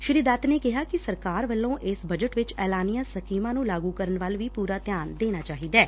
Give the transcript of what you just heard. ਸ੍ਰੀ ਦੱਤ ਨੇ ਕਿਹਾ ਕਿ ਸਰਕਾਰ ਵੱਲੋਂ ਇਸ ਬਜਟ ਵਿਚ ਐਲਾਨੀਆਂ ਸਕੀਮਾਂ ਨੂੰ ਲਾਗੂ ਕਰਨ ਵੱਲ ਵੀ ਪੂਰਾ ਧਿਆਨ ਦੇਣਾ ਚਾਹੀਦੈ